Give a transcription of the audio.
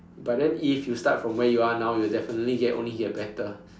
but then if you start from where you are now you will definitely get only get better